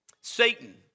Satan